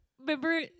Remember